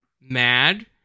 Mad